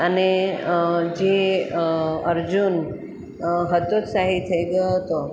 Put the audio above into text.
અને જે અર્જુન હતોત્સાહી થઈ ગયો હતો